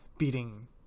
beating